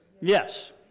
Yes